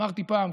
אמרתי פעם,